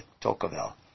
Tocqueville